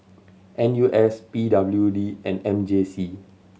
N U S P W D and M J C